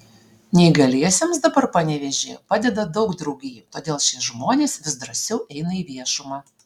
neįgaliesiems dabar panevėžyje padeda daug draugijų todėl šie žmonės vis drąsiau eina į viešumą